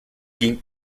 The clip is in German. ging